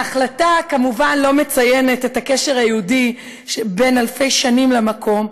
ההחלטה כמובן לא מציינת את הקשר היהודי בן אלפי השנים למקום,